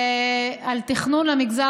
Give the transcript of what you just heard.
סרטן המעי הגס,